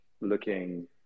looking